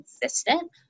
consistent